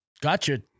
gotcha